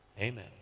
Amen